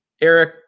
Eric